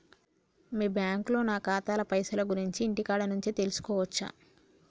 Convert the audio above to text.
మీ బ్యాంకులో నా ఖాతాల పైసల గురించి ఇంటికాడ నుంచే తెలుసుకోవచ్చా?